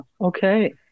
okay